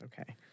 Okay